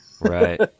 Right